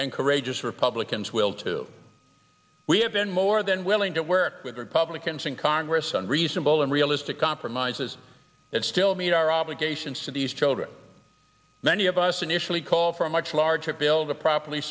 and courageous republicans will too we have been more than willing to work with republicans in congress on reasonable and realistic compromises that still meet our obligations to these children many of us initially called for a much larger bill the properly